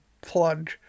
plug